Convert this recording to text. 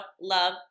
love